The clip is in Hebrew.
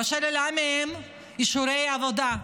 לא שללה מהם את אישורי העבודה.